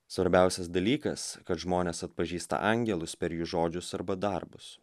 svarbiausias dalykas kad žmonės atpažįsta angelus per jų žodžius arba darbus